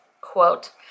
quote